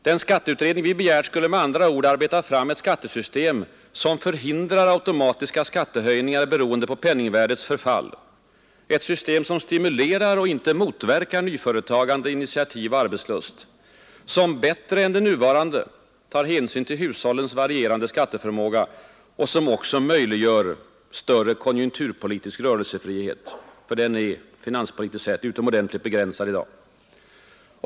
Den skatteutredning vi begärt skulle med andra ord arbeta fram ett skattesystem, som förhindrar automatiska skattehöjningar beroende på penningvärdets ”förfall”, ett system som stimulerar och inte motverkar nyföretagande, initiativ och arbetslust, som bättre än det nuvarande tar hänsyn till hushållens varierande skatteförmåga och som också möjliggör större konjunkturpolitisk rörelsefrihet, för den är finanspolitiskt sett utomordentligt begränsad i dag.